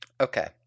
Okay